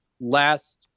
last